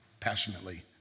passionately